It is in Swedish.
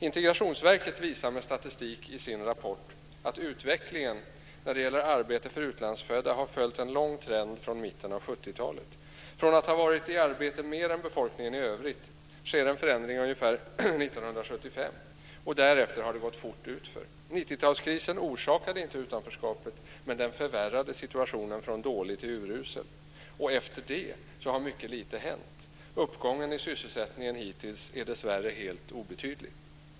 Integrationsverket visar med statistik i sin rapport att utvecklingen när det gäller arbete för utlandsfödda har följt en lång trend från mitten av 70-talet. Från att ha varit i arbete mer än befolkningen i övrigt sker en förändring ungefär 1975. Därefter har det gått fort utför. 90-talskrisen orsakade inte utanförskapet, men den förvärrade situationen från dålig till urusel, och efter det har mycket lite hänt. Uppgången i sysselsättningen hittills är dessvärre helt obetydlig.